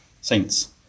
saints